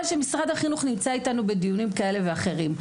שמשרד החינוך נמצא איתנו בדיונים כאלה ואחרים.